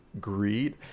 greed